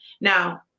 Now